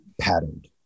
patterned